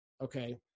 Okay